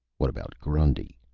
what about grundy?